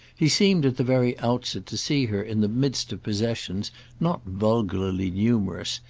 he seemed at the very outset to see her in the midst of possessions not vulgarly numerous,